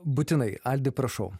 būtinai aldi prašau